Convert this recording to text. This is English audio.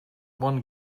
one